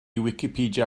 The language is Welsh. wicipedia